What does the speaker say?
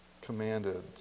commanded